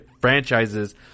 franchises